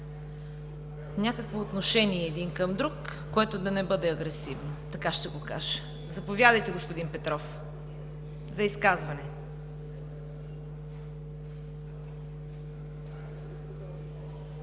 някакво отношение един към друг, което да не бъде агресивно – така ще го кажа. Заповядайте, господин Петров, за изказване.